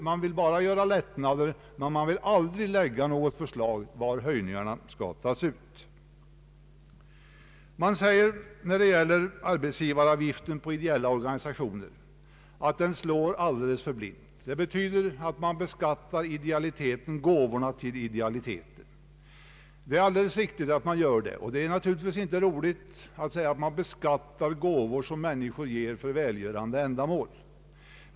Man vill bara ha lättnader, men man vill aldrig komma med något förslag om var höjningarna skall tas ut. När det gäller den arbetsgivaravgift som drabbar ideella organisationer, säger man att den slår alldeles för blint. Det betyder att man beskattar idealiteten och gåvorna till idealiteten. Det är alldeles riktigt att man gör detta. Det är naturligtvis inte trevligt att säga att vi skall beskatta gåvor som människor ger till välgörande ändamål.